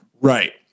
Right